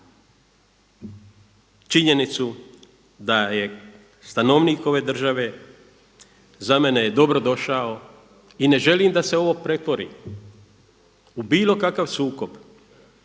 činjenicu da je stanovnik ove države, za mene je dobrodošao i ne želim da se ovo pretvori u bilo kakav sukob,